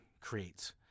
creates